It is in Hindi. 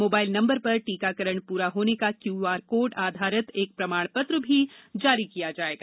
मोबाइल नम्बर पर टीकाकरण पूरा होने का क्यू आर कोड आधारित एक प्रमाण पत्र भी जारी किया जाएगा